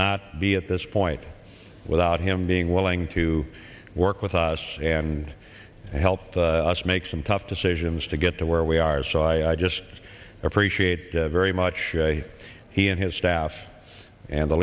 not be at this point without him being willing to work with us and help us make some tough decisions to get to where we are so i just appreciate very much he and his staff and the